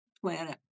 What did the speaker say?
planet